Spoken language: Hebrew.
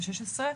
16,